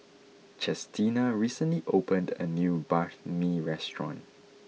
Chestina recently opened a new Banh Mi restaurant